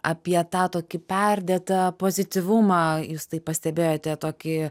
apie tą tokį perdėtą pozityvumą jūs tai pastebėjote tokį